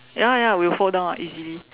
ya ya we will fall down [what] easily